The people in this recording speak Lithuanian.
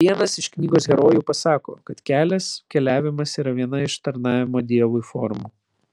vienas iš knygos herojų pasako kad kelias keliavimas yra viena iš tarnavimo dievui formų